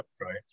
right